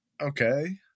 Okay